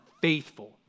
faithful